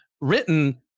written